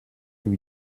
lui